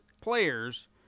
players